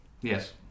Yes